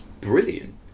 brilliant